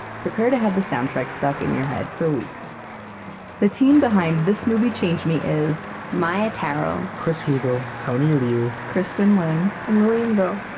prepare to have the soundtrack stuck in your head for weeks the team behind this movie changed me is maia tarrell, chris heagle, tony liu, kristin lin, and lilian vo.